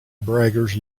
braggers